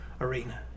arena